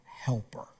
helper